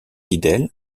guidel